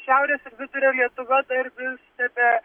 šiaurės ir vidurio lietuva dar vis tebe